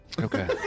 okay